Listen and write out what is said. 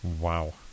wow